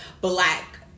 black